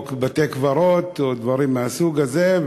בתי-קברות או דברים מהסוג הזה,